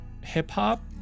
hip-hop